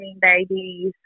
babies